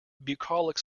bucolic